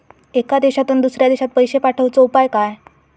एका देशातून दुसऱ्या देशात पैसे पाठवचे उपाय काय?